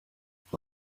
uko